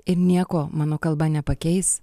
ir nieko mano kalba nepakeis